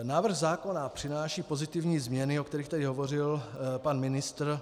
Návrh zákona přináší pozitivní změny, o kterých tady hovořil pan ministr.